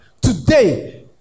today